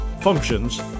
functions